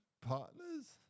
partners